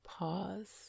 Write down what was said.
Pause